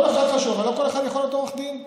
כל אחד חשוב אבל לא כל אחד יכול להיות עורך דין.